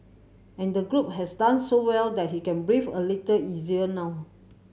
and the group has done so well that he can breathe a little easier now